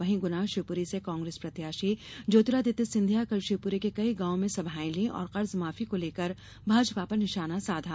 वहीं गुना शिवपुरी से कांग्रेस प्रत्याशी ज्योतिरादित्य सिंधिया कल शिवपुरी के कई गांव में सभायें ली और कर्ज माफी को लेकर भाजपा पर निशाना साधा